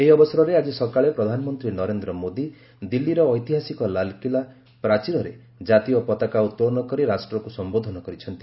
ଏହି ଅବସରରେ ଆଜି ସକାଳେ ପ୍ରଧାନମନ୍ତ୍ରୀ ନରେନ୍ଦ୍ର ମୋଦୀ ଦିଲ୍ଲୀର ଐତିହାସିକ ଲାଲ୍କିଲା ପ୍ରାଚୀରରେ ଜାତୀୟ ପତାକା ଉତ୍ତୋଳନ କରି ରାଷ୍ଟ୍ରକୁ ସମ୍ଘୋଧନ କରିଛନ୍ତି